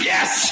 Yes